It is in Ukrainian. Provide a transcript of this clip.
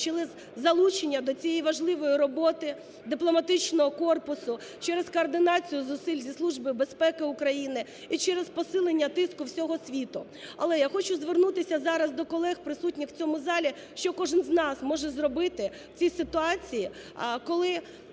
через залучення до цієї важливої роботи дипломатичного корпусу, через координацію зусиль зі Служби безпеки України і через посилення тиску всього світу. Але я хочу звернутися зараз до колег, присутніх в цьому залі, що кожен з нас може зробити в цій ситуації, коли